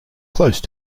close